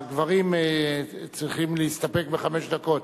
הגברים צריכים להסתפק בחמש דקות.